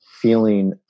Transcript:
feeling